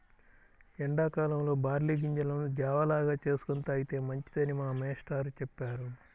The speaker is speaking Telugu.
ఎండా కాలంలో బార్లీ గింజలను జావ లాగా చేసుకొని తాగితే మంచిదని మా మేష్టారు చెప్పారు